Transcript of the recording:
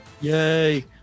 Yay